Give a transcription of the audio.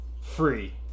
free